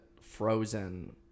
frozen